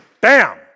Bam